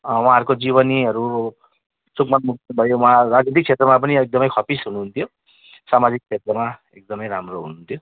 उहाँहरूको जीवनीहरू सुभ्मान मोक्तान भयो उहाँ राजनीतिक क्षेत्रमा पनि एकदमै खप्पिस् हुनुहुन्थ्यो सामाजिक क्षेत्रमा एकदमै राम्रो हुनुहुन्थ्यो